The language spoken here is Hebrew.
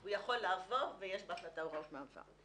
הוא יכול לעבור ויש בהחלטה הוראות מעבר.